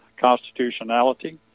constitutionality